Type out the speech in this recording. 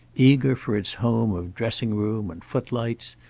eager for its home of dressing-room and footlights,